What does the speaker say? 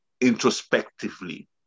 introspectively